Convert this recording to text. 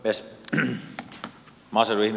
herra puhemies